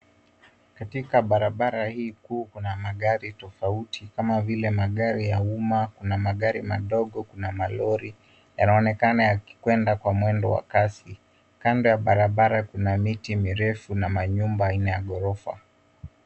Katika barabara hii kuu kuna magari tofauti kama vile magari ya umma, kuna magari madogo, kuna malori yanaonekana yakikwenda kwa mwendo wa kasi. Kando ya barabara kuna miti mirefu na manyumba aina ya ghorofa.